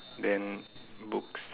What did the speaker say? then books